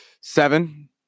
seven